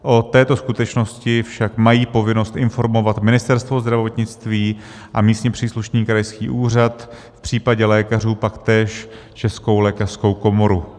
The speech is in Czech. O této skutečnosti však mají povinnost informovat Ministerstvo zdravotnictví a místně příslušný krajský úřad, v případě lékařů pak též Českou lékařskou komoru.